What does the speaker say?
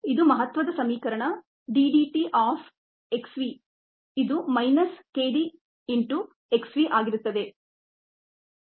ಇದು ಮಹತ್ತ್ವದ ಸಮೀಕರಣ d d t of x v ಇದು minus k d into x v ಆಗಿರುತ್ತದೆ